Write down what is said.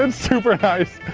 and super nice.